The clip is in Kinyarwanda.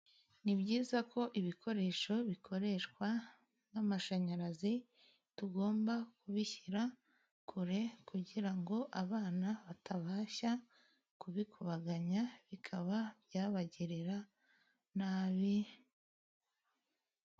Ni byiza ko ibikoresho bikoreshwa n'amashanyarazi tugomba kubishyira kure kugira ngo abana batabasha kubikubaganya bikaba byabagirira nabi.